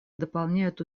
дополняют